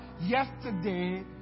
yesterday